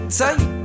tight